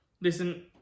Listen